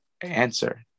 answer